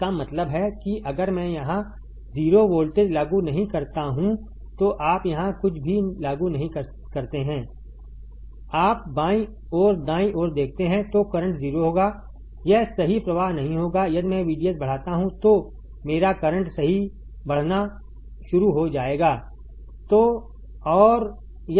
इसका मतलब है कि अगर मैं यहां 0 वोल्टेज लागू नहीं करता हूं तो आप यहां कुछ भी लागू नहीं करते हैं आप बाईं ओर दाईं ओर देखते हैं तो करंट 0 होगा यह सही प्रवाह नहीं होगा यदि मैं VDS बढ़ाता हूं तो मेरा करंट सही बढ़ाना शुरू हो जाएगा